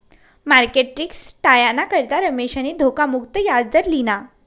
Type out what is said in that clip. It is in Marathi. मार्केट रिस्क टायाना करता रमेशनी धोखा मुक्त याजदर लिना